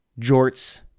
Jorts